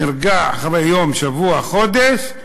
נרגע, אחרי יום, שבוע, חודש,